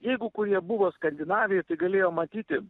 jeigu kurie buvo skandinavijoj tai galėjo matyti